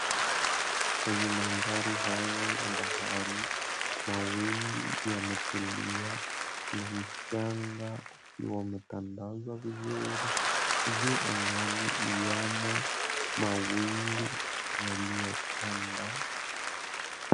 Kwenye maandhari haya ya bahari, mawimbi yametulia na mchanga ukiwa umetandazwa vizuri juu angani liyamo mawingu yaliyotanda.